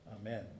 Amen